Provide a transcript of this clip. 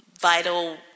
vital